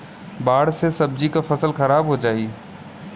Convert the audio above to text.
बाढ़ से सब्जी क फसल खराब हो जाई